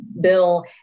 bill